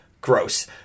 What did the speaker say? gross